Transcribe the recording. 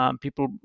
People